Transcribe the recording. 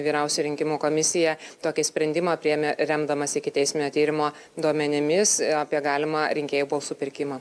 vyriausioji rinkimų komisija tokį sprendimą priėmė remdamasi ikiteisminio tyrimo duomenimis apie galimą rinkėjų balsų pirkimą